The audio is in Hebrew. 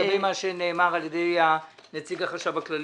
לגבי מה שנאמר על-ידי נציג החשב הכללי.